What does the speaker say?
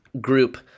group